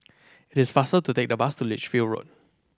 it is faster to take the bus to Lichfield Road